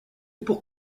pour